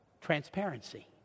Transparency